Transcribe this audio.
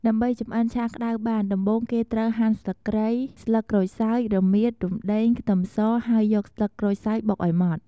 ដើម្បីចម្អិនឆាក្តៅបាន ដំបូងគេត្រូវ ហាន់ស្លឹកគ្រៃ ស្លឹកក្រូចសើច រមៀត រំដេង ខ្ទឹមស ហើយយកស្លឹកក្រូចសើចបុកឱ្យម៉ដ្ឋ។